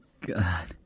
God